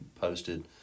posted